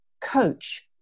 coach